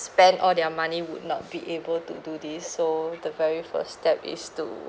spend all their money would not be able to do this so the very first step is to